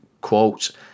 quote